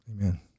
Amen